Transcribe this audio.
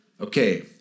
Okay